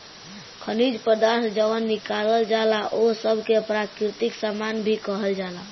खनिज पदार्थ जवन निकालल जाला ओह सब के प्राकृतिक सामान भी कहल जाला